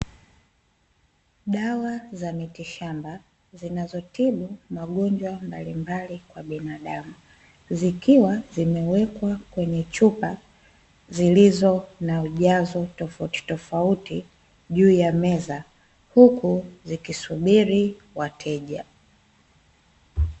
Dawa za miti shamba zinazotibu magonjwa mbalimbali kwa binadamu, zikiwa zimewekwa kwenye chupa zilizo na ujazo tofautitofauti juu ya meza, huku zikisubiri wateja.